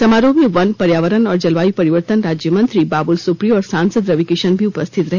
समारोह में वन पर्यावरण और जलवायु परिवर्तन राज्य मंत्री बाबुल सुप्रियो और सांसद रवि किशन भी उपस्थित रहे